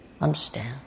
understand